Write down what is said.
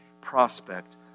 prospect